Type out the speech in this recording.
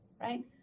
right